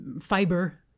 fiber